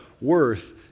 worth